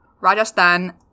Rajasthan